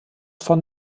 von